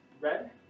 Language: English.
red